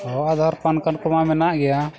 ᱚᱦ ᱠᱚᱢᱟ ᱢᱮᱱᱟᱜ ᱜᱮᱭᱟ